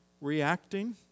reacting